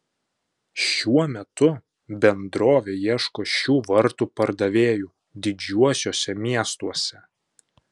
šiuo metu bendrovė ieško šių vartų pardavėjų didžiuosiuose miestuose